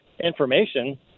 information